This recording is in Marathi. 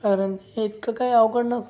कारण हे इतकं काय अवघड नसतं